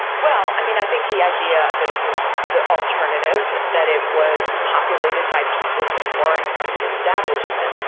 well, i mean, i think the idea that it was the alternative, that it was populated by people who weren't from the establishment,